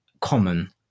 common